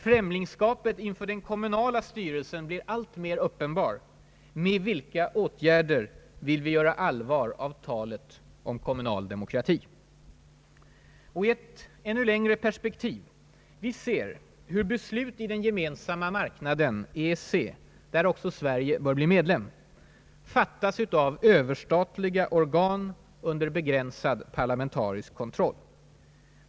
Främlingskapet inför den kommunala styrelsen blir alltmer uppenbart — med vilka åtgärder vill vi göra allvar av talet om kommunal demokrati? Och i ett ännu längre perspektiv: Vi ser hur många beslut i den gemensamma marknaden, EEC, där också Sverige bör bli medlem, fattas av överstatliga organ under begränsad parlamentarisk kontroll.